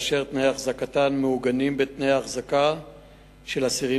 ותנאי החזקתן מעוגנים בתנאי החזקה של אסירים